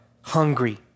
hungry